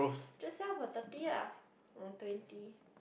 just sell for thirty lah or twenty